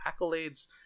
accolades